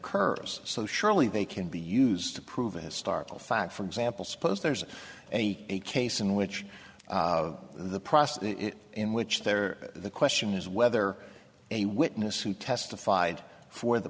curs so surely they can be used to prove it historical fact for example suppose there's a case in which of the process in which there the question is whether a witness who testified for the